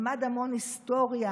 למד המון היסטוריה,